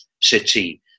city